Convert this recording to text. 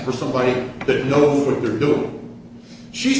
for somebody they know what they're doing she